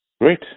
Great